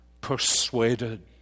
persuaded